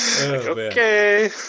Okay